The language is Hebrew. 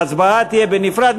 ההצבעה תהיה בנפרד.